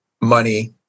money